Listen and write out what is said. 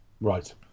Right